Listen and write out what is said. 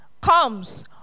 comes